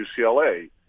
UCLA